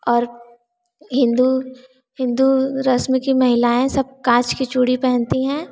और हिंदू हिंदू रस्म की महिलाएँ सब काँच की चूड़ी पहनती हैं